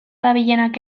dabilenak